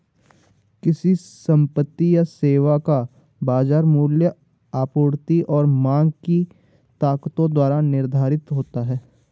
किसी संपत्ति या सेवा का बाजार मूल्य आपूर्ति और मांग की ताकतों द्वारा निर्धारित होता है